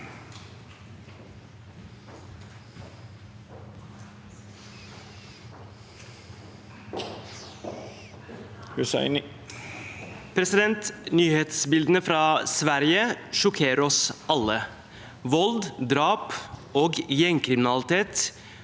Nyhetsbildene fra Sverige sjokkerer oss alle. Vold, drap og gjengkriminalitet